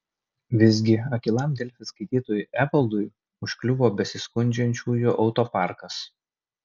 visgi akylam delfi skaitytojui evaldui užkliuvo besiskundžiančiųjų autoparkas